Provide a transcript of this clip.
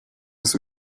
des